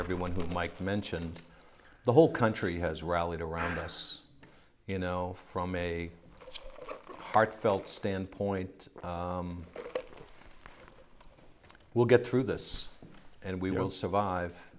everyone who would like to mention the whole country has rallied around us you know from a heartfelt standpoint we'll get through this and we will survive